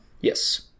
Yes